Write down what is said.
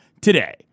today